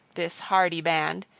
this hardy band,